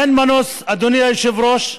אין מנוס, אדוני היושב-ראש,